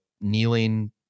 kneeling